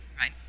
right